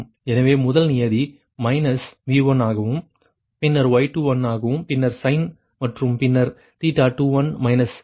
எனவே முதல் நியதி மைனஸ் V1 ஆகவும் பின்னர் Y21 ஆகவும் பின்னர் சைன் மாறும் பின்னர் ⁡⁡21 21